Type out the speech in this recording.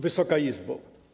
Wysoka Izbo!